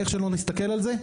איך שלא נסתכל על זה,